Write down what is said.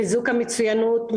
חיזוק המצוינות,